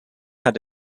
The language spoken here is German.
hat